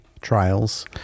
trials